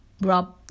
Rob